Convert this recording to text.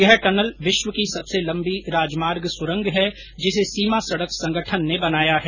यह टनल विश्व की सबसे लंबी राजमार्ग सुरंग है जिसे सीमा सड़क संगठन ने बनाया है